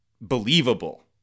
believable